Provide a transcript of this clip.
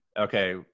okay